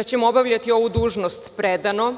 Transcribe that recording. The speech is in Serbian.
da ćemo obavljati ovu dužnost predano,